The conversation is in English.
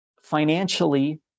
financially